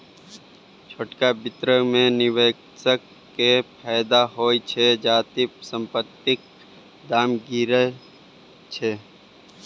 छोटका बित्त मे निबेशक केँ फायदा होइ छै जदि संपतिक दाम गिरय छै